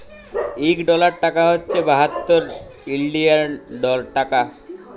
ইক ডলার টাকা হছে বাহাত্তর ইলডিয়াল টাকা